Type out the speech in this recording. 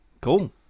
Cool